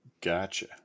gotcha